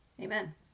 Amen